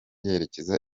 yerekeza